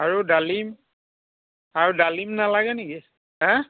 আৰু ডালিম আৰু ডালিম নালাগে নেকি হে